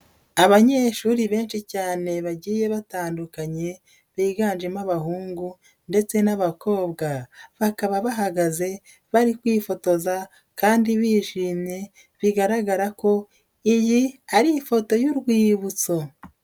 Abanyeshuri benshi cyane bagiye batandukanye biganjemo abahungu ndetse n'abakobwa, bakaba bahagaze bari kwifotoza kandi bishimye bigaragara ko iyi ari ifoto y'urwibutso.